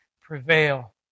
prevail